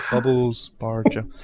bubbles bar joke.